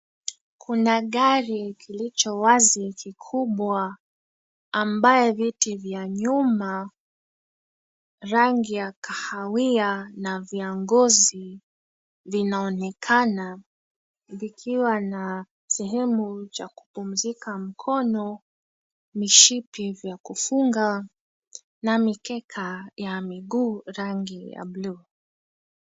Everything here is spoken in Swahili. Kuna gari kilicho wazi kikubwa ambayo viti vya nyuma, rangi ya kahawia na vya ngozi vinaonekana vikiwa na sehemu cha kupumzika mkono, mishipi vya kufunga na mikeka ya miguu rangi ya buluu.